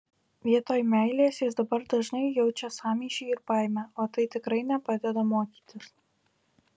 vietoj meilės jis dabar dažnai jaučia sąmyšį ir baimę o tai tikrai nepadeda mokytis